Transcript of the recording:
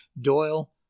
Doyle